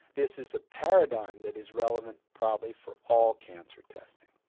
this is a paradigm that is relevant probably for all cancer testing.